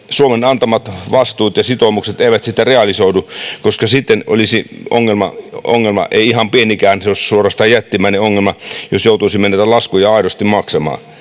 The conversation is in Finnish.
suomen antamat vastuut ja sitoumukset eivät realisoidu koska sitten olisi ongelma ongelma ei ihan pienikään se olisi suorastaan jättimäinen ongelma jos joutuisimme näitä laskuja aidosti maksamaan